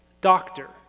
doctor